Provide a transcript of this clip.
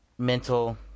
Mental